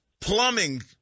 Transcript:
plumbing